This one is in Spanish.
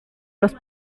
los